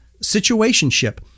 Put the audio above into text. Situationship